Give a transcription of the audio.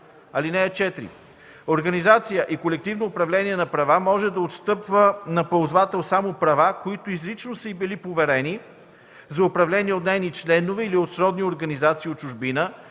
права. (4) Организация за колективно управление на права може да отстъпва на ползвател само права, които изрично са й били поверени за управление от нейни членове или от сродни организации от чужбина,